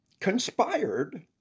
conspired